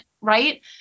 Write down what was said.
right